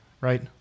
right